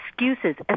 excuses